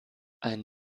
ein